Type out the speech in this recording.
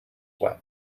wet